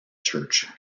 church